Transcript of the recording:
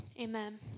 amen